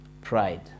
pride